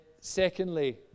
secondly